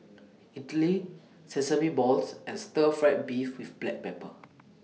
Idly Sesame Balls and Stir Fried Beef with Black Pepper